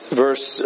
verse